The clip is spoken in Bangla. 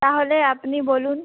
তাহলে আপনি বলুন